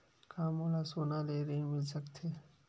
का मोला सोना ले ऋण मिल सकथे?